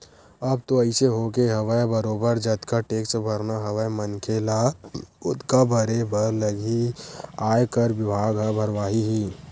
अब तो अइसे होगे हवय बरोबर जतका टेक्स भरना हवय मनखे ल ओतका भरे बर लगही ही आयकर बिभाग ह भरवाही ही